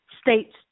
states